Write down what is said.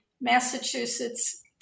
Massachusetts